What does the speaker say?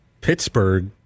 Pittsburgh